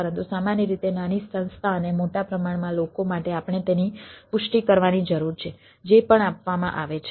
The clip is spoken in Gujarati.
પરંતુ સામાન્ય રીતે નાની સંસ્થા અને મોટા પ્રમાણમાં લોકો માટે આપણે તેની પુષ્ટિ કરવાની જરૂર છે જે પણ આપવામાં આવે છે